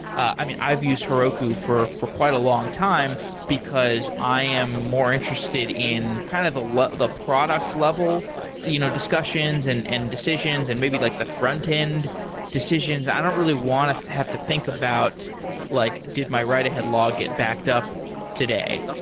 i've used heroku for for quite a long time because i am more interested in kind of the product level you know discussions and and decisions and maybe like the frontend decisions. i don't really want to have to think about like did my write-ahead log get backed up today.